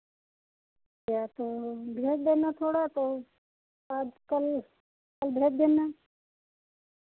तो भेज देना थोड़ा तो आज कल कल भेज देना